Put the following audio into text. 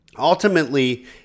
Ultimately